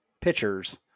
pitchers